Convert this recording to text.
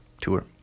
tour